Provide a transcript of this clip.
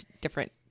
different